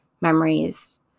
memories